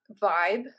vibe